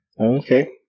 Okay